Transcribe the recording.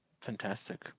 Fantastic